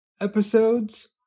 episodes